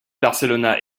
barcelona